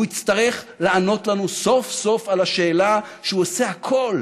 והוא יצטרך לענות לנו סוף-סוף על השאלה שהוא עושה הכול